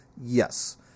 Yes